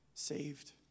saved